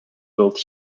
built